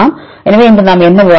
எனவே இன்று நாம் என்ன விவாதித்தோம்